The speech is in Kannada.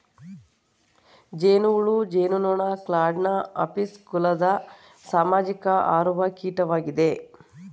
ಜೇನುಹುಳು ಜೇನುನೊಣ ಕ್ಲಾಡ್ನ ಅಪಿಸ್ ಕುಲದ ಸಾಮಾಜಿಕ ಹಾರುವ ಕೀಟವಾಗಿದೆ